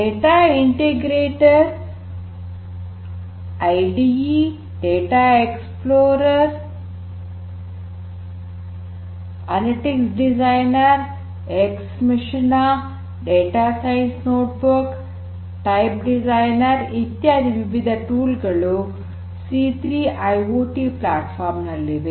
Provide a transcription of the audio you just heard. data integrator IDE data explorer analytics designer X machine data science notebook type designer ಇತ್ಯಾದಿ ವಿವಿಧ tool ಸಾಧನಗಳು ಸಿ೩ IoT platform ನಲ್ಲಿವೆ